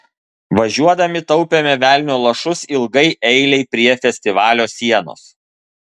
važiuodami taupėme velnio lašus ilgai eilei prie festivalio sienos